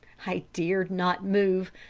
i dared not move.